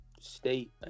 state